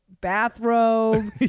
bathrobe